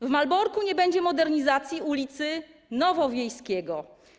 W Malborku nie będzie modernizacji ul. Nowowiejskiego.